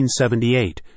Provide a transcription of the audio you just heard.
1978